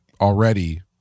already